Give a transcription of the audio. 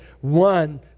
One